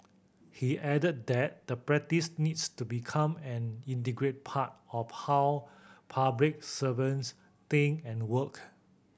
he added that the practice needs to become an integrate part of how public servants think and work